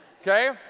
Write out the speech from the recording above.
Okay